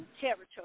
territory